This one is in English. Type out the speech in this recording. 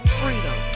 freedom